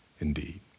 indeed